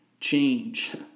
change